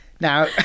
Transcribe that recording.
now